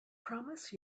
promise